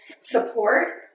support